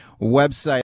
website